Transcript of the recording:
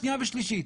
שנייה ושלישית.